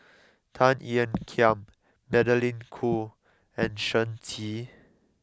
Tan Ean Kiam Magdalene Khoo and Shen Xi